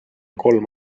kolm